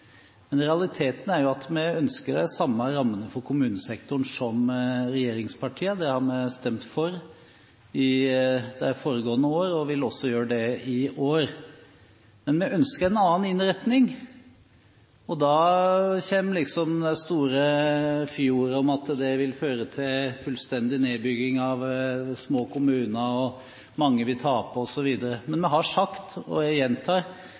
Men realiteten er jo at vi ønsker de samme rammene for kommunesektoren som regjeringspartiene. Det har vi stemt for i de foregående år, og vil også gjøre det i år. Men vi ønsker en annen innretning. Og da kommer fyordene om at det vil føre til fullstendig nedbygging av små kommuner, og at mange vil tape osv. Men vi har sagt – og jeg gjentar